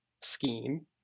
scheme